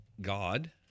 God